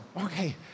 Okay